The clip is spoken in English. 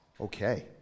Okay